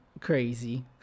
Crazy